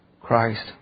Christ